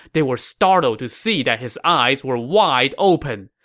they were startled to see that his eyes were wide open!